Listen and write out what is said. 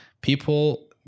people